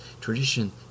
tradition